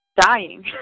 dying